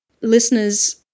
listeners